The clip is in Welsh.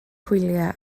hwyliau